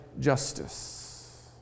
justice